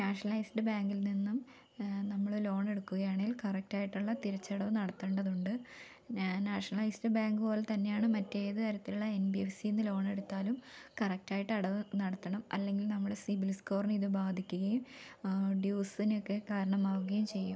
nationalised ബാങ്കിൽ നിന്നും നമ്മള് ലോൺ എടുക്കുകയാണെങ്കിൽ കറക്ട് ആയിട്ടുള്ള തിരിച്ചടവ് നടത്തേണ്ടതുണ്ട് നാഷണലൈസ്ഡ് ബാങ്ക് പോലെ തന്നെയാണ് മറ്റേത് തരത്തിലുള്ള എൻ ബി എഫ് സിയിൽ നിന്ന് ലോൺ എടുത്താലും കറക്ട് ആയിട്ട് അടവ് നടത്തണം അല്ലെങ്കിൽ നമ്മളുടെ സിബിൽ സ്കോറിനെ അത് ബാധിക്കുകയും ഡ്യൂസിനൊക്കെ കാരണമാവുകയു ചെയ്യും